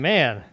Man